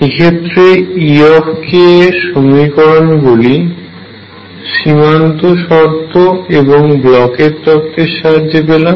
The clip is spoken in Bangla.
এক্ষেত্রে E এর সমীকরণ গুলি সীমান্ত শর্ত এবং ব্লকের তত্ত্বের সাহায্যে পেলাম